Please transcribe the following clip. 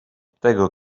tego